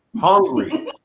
Hungry